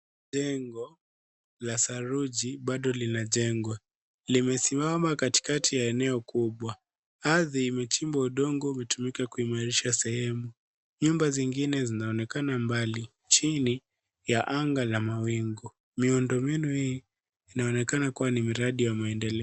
Jengo la saruji bado linajengwa. Limesimama katikati ya eneo kubwa. Ardhi imechimbwa udongo imetumika kuimarisha sehemu. Nyumba zingine zinaonekana mbali chini ya anga la mawingu. Miundombinu hii, inaonekana kuwa ni miradi ya maendeleo.